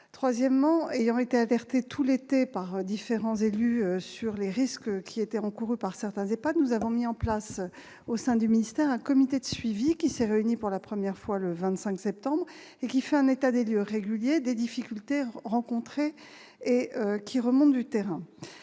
J'ai néanmoins été alertée tout l'été par différents élus sur les risques encourus par certains EHPAD. Aussi, nous avons donc mis en place au sein du ministère un comité de suivi, qui s'est réuni pour la première fois le 25 septembre dernier. Ce comité fait un état des lieux régulier des difficultés rencontrées, qui remontent du terrain.